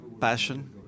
passion